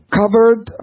covered